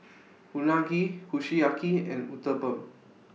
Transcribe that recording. Unagi Kushiyaki and Uthapam